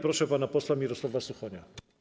Proszę pana posła Mirosława Suchonia.